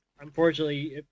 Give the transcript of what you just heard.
unfortunately